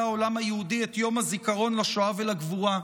העולם היהודי את יום הזיכרון לשואה ולגבורה,